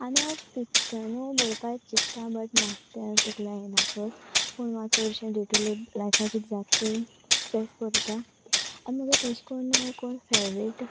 आनी हांव फिक्शनूय बरोपा चित्ता बट म्हाका तें तकले येना चड पूण म्ह चडशें डे टू डे लायफाक कितें जातचो तेंच बरयता आनी मगे तेशें कोन कोण फेवरेट